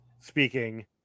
speaking